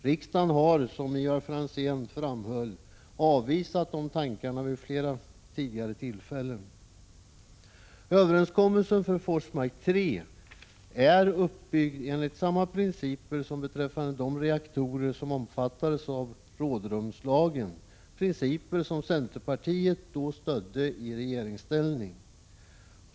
Riksdagen har, som Ivar Franzén framhöll, avvisat sådana tankar vid flera tidigare tillfällen. Överenskommelsen för Forsmark 3 är uppbyggd enligt samma principer som beträffande de reaktorer som omfattades av rådrumslagen, principer som centerpartiet då stödde i regeringsställning.